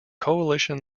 coalition